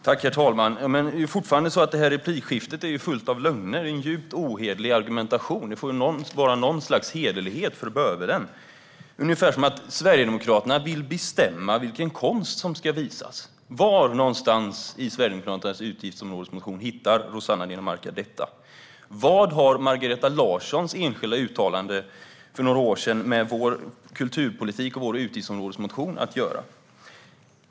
Herr talman! Detta replikskifte är fortfarande fullt av lögner och en djupt ohederlig argumentation. Det får väl vara något slags hederlighet, för bövelen! Det låter ungefär som att Sverigedemokraterna vill bestämma vilken konst som ska visas. Var någonstans i Sverigedemokraternas utgiftsområdesmotion hittar Rossana Dinamarca detta? Vad har Margareta Larssons enskilda uttalande för några år sedan med vår kulturpolitik och vår utgiftsområdesmotion att göra?